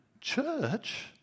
Church